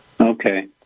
Okay